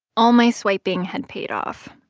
all my swiping had paid off,